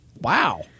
Wow